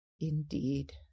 Indeed